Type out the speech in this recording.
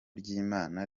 ry’imana